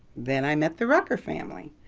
then i met the rucker family.